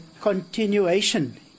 continuation